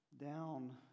down